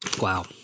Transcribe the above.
Wow